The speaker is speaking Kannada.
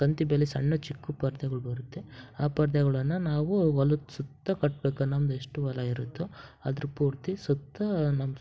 ತಂತಿ ಬೇಲಿ ಸಣ್ಣ ಚಿಕ್ಕ ಪರ್ದೆಗಳ್ ಬರುತ್ತೆ ಆ ಪರ್ದೆಗಳನ್ನ ನಾವು ಹೊಲದ್ ಸುತ್ತ ಕಟ್ಬೇಕು ನಮ್ದು ಎಷ್ಟು ಹೊಲ ಇರುತ್ತೋ ಅದ್ರ ಪೂರ್ತಿ ಸುತ್ತ